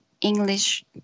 English